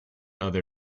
other